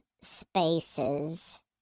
spaces